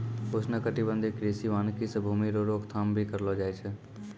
उष्णकटिबंधीय कृषि वानिकी से भूमी रो रोक थाम भी करलो जाय छै